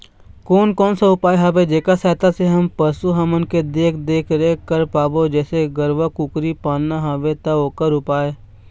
कोन कौन सा उपाय हवे जेकर सहायता से हम पशु हमन के देख देख रेख कर पाबो जैसे गरवा कुकरी पालना हवे ता ओकर उपाय?